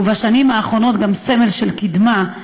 ובשנים האחרונות גם סמל של קדמה,